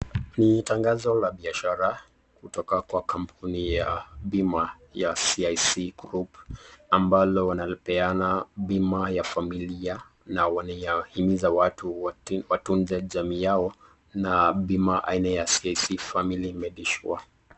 Ni tangazo la biashara kutoka kwa kampuni ya bima ya CIC Group, ambalo wanapeana bima ya familia, na wanahimiza watu watunze familia yao na bima aina ya CIC Family Medisure .